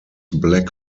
black